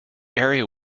area